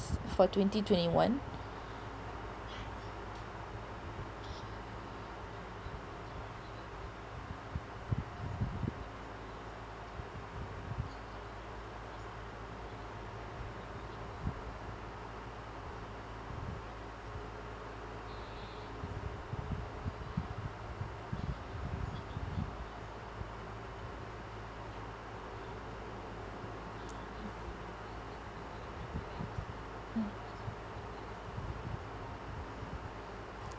for twenty twenty one mm